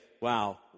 wow